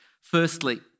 Firstly